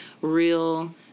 real